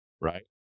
Right